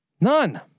None